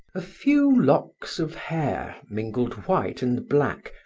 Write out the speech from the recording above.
a few locks of hair, mingled white and black,